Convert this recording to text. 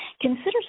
consider